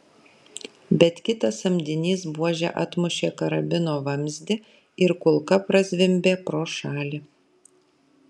bet kitas samdinys buože atmušė karabino vamzdį ir kulka prazvimbė pro šalį